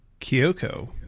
Kyoko